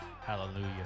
Hallelujah